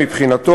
מבחינתו,